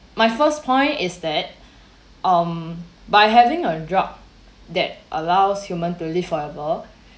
my first point is that um by having a drug that allows human to live forever